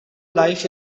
life